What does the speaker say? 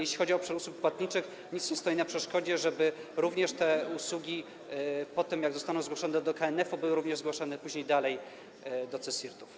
Jeśli chodzi o obszar usług płatniczych, nic nie stoi na przeszkodzie, żeby również te usługi po tym, jak zostaną zgłoszone do KNF-u, były również zgłoszone później dalej do CSIRT-ów.